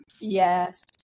Yes